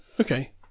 Okay